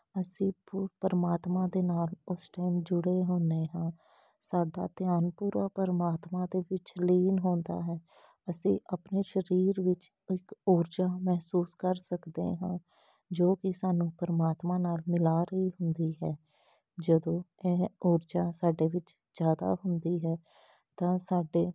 ਅਸੀਂ ਪੁ ਪਰਮਾਤਮਾ ਦੇ ਨਾਲ ਉਸ ਟਾਈਮ ਜੁੜੇ ਹੁੰਦੇ ਹਾਂ ਸਾਡਾ ਧਿਆਨ ਪੂਰਾ ਪਰਮਾਤਮਾ ਦੇ ਵਿੱਚ ਲੀਨ ਹੁੰਦਾ ਹੈ ਅਸੀਂ ਆਪਣੇ ਸਰੀਰ ਵਿੱਚ ਇੱਕ ਊਰਜਾ ਮਹਿਸੂਸ ਕਰ ਸਕਦੇ ਹਾਂ ਜੋ ਕਿ ਸਾਨੂੰ ਪਰਮਾਤਮਾ ਨਾਲ ਮਿਲਾ ਰਹੀ ਹੁੰਦੀ ਹੈ ਜਦੋਂ ਇਹ ਊਰਜਾ ਸਾਡੇ ਵਿੱਚ ਜ਼ਿਆਦਾ ਹੁੰਦੀ ਹੈ ਤਾਂ ਸਾਡੇ